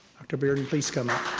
dr. bearden, please come up.